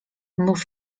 mów